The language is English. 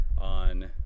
on